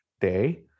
day